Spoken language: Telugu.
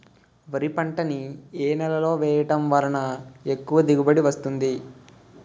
వరి పంట ని ఏ నేలలో వేయటం వలన ఎక్కువ దిగుబడి వస్తుంది?